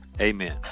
amen